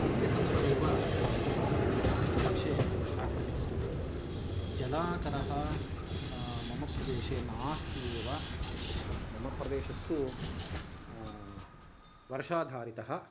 सस्यसम्पदेव मम प्रदेशे प्राकृतिकसम्पद् जलागारः मम प्रदेशे नास्ति एव मम प्रदेशस्तु वर्षाधारितः